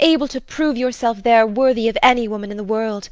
able to prove yourself there worthy of any woman in the world